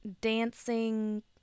dancing